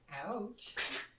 Ouch